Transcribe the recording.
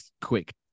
quick